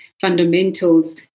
fundamentals